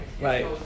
Right